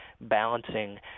balancing